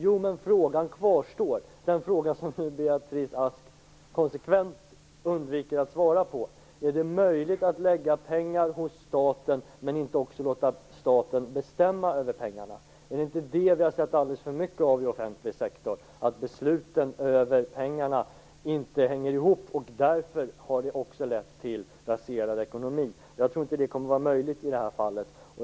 Ja - men frågan kvarstår, och Beatrice Ask undviker konsekvent att svara på den. Är det möjligt att lägga pengar hos staten men samtidigt inte låta staten bestämma över pengarna? Är det inte just det vi har sett alldeles för mycket av i offentlig sektor - att besluten över pengarna inte hänger ihop och att det därför också har lett till raserad ekonomi. Jag tror inte att detta system kommer att vara möjligt i det här fallet.